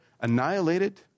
annihilated